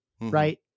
Right